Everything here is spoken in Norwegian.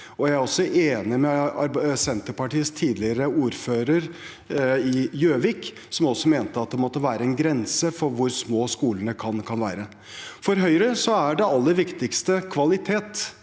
jeg er også enig med Senterpartiets tidligere ordfører på Gjøvik som mente at det måtte være en grense for hvor små skolene kan være. For Høyre er det aller viktigste kvalitet